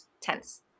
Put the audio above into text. tense